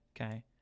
Okay